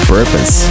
Purpose